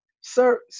Sir